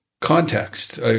context